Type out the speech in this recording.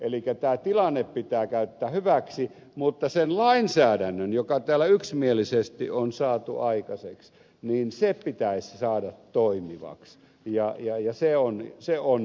elikkä tämä tilanne pitää käyttää hyväksi mutta se lainsäädäntö joka täällä yksimielisesti on saatu aikaiseksi pitäisi saada toimivaksi ja joille se on se on